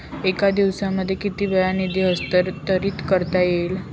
एका दिवसामध्ये किती वेळा निधी हस्तांतरीत करता येईल?